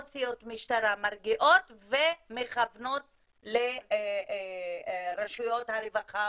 עו"סיות משטרה מרגיעות ומכוונות לרשויות הרווחה